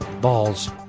balls